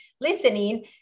listening